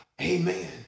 Amen